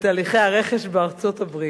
בתהליכי הרכש בארצות-הברית: